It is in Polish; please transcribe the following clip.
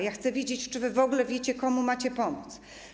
Ja chcę wiedzieć, czy wy w ogóle wiecie, komu macie pomóc.